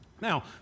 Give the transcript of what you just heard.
Now